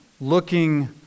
looking